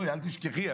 אל תשכחי,